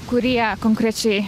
kurie konkrečiai